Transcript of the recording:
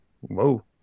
Whoa